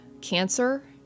cancer